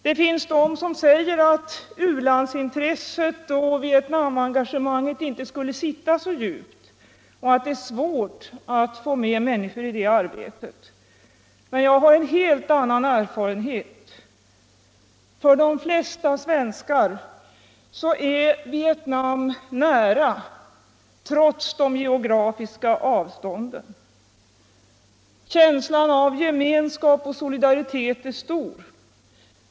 Det finns de som säger att u-landsintresset och Vietnamengagemanget inte skulle sitta så djupt och att det är svårt att få med människor i det arbetet. Men jag har en helt annan erfarenhet. För de flesta svenskar är Vietnam nära, trots de geografiska avstånden. Känslan av gemenskap och solidaritet är stor.